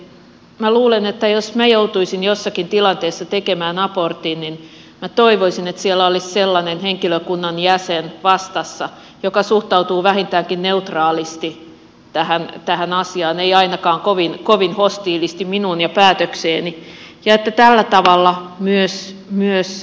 minä luulen että jos minä joutuisin jossakin tilanteessa tekemään abortin niin minä toivoisin että siellä olisi sellainen henkilökunnan jäsen vastassa joka suhtautuu vähintäänkin neutraalisti tähän asiaan ei ainakaan kovin hostiilisti minuun ja päätökseeni ja että tällä tavalla myös